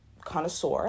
connoisseur